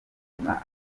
kizima